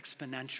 exponential